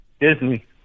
Disney